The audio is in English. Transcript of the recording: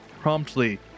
promptly